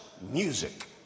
music